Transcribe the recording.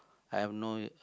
I have no